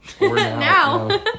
Now